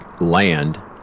land